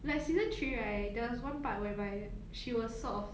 like season three right there was one part whereby she was sort of